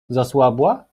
zasłabła